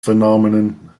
phenomenon